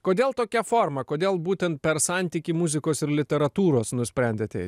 kodėl tokia forma kodėl būtent per santykį muzikos ir literatūros nusprendėte eit